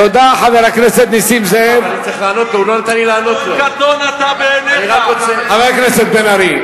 תן לי לומר, תן לי לענות, חבר הכנסת דוד רותם,